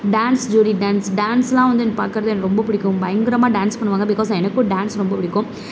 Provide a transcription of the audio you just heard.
dance ஜோடி dance டேன்ஸ்யெலாம் வந்து எனக்கு பார்க்கறது எனக்கு ரொம்ப பிடிக்கும் பயங்கரமாக டேன்ஸ் பண்ணுவாங்க பிகாஸ் எனக்கும் டேன்ஸ் ரொம்ப பிடிக்கும்